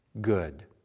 good